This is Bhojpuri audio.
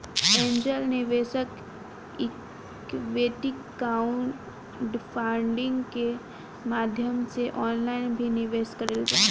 एंजेल निवेशक इक्विटी क्राउडफंडिंग के माध्यम से ऑनलाइन भी निवेश करेले